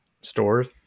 stores